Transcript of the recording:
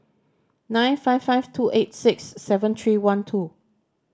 nine five five two eight six seven three one two